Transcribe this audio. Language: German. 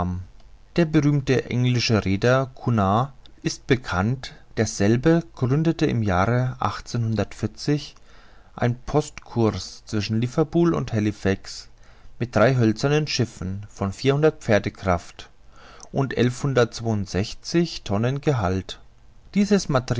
der berühmte englische rheder cunard ist weltbekannt derselbe gründete im jahre ein post kurs zwischen liverpool und halifax mit drei hölzernen schiffen von vierhundert pferdekraft und elfhundertundzweiundsechzig tonnen gehalt dieses